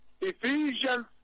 Ephesians